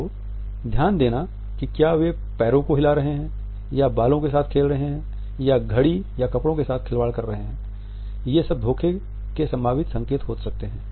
तो ध्यान देना कि क्या वे पैरों को हिला रहे हैं या बालों के साथ खेल रहे हैं या घड़ी या कपड़ों के साथ खिलवाड़ कर रहे हैं ये सब धोखे के संभावित संकेत हो सकते हैं